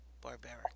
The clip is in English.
barbaric